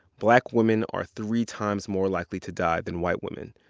black women are three times more likely to die than white women.